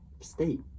state